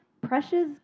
precious